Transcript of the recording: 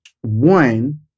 one